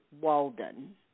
Walden